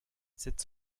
sept